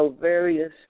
various